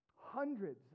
Hundreds